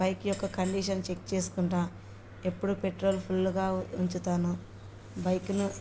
bike యొక్క condition check చేసుకుంటు ఎప్పుడు పెట్రోల్ ఫుల్గా ఉంచుతాను బైక్ను